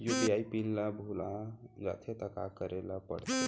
UPI PIN ल भुला जाथे त का करे ल पढ़थे?